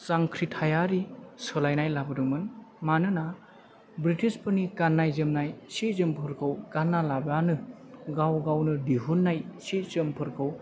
जांख्रिथायारि सोलायनाय लाबोदोंमोन मानोना ब्रिटिसफोरनि गाननाय सि जोमफोरखौ गानालाबानो गाव गावनो दिहुननाय सि जोमफोरखौ